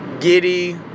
giddy